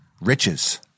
riches